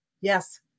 Yes